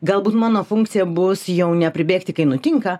galbūt mano funkcija bus jau ne pribėgti kai nutinka